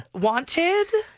Wanted